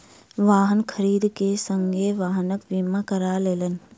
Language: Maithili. वाहन खरीद के संगे वाहनक बीमा करा लेलैन